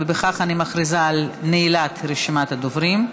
ובכך אני מכריזה על נעילת רשימת הדוברים.